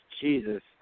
Jesus